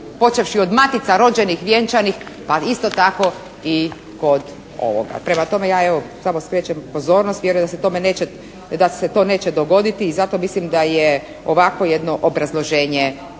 počevši od matica rođenih, vjenčanih ali isto tako i kod ovoga. Prema tome ja evo samo skrećem pozornost. Vjerujem da se tome neće, da se to neće dogoditi i zato mislim da je ovakvo jedno obrazloženje